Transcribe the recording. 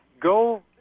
go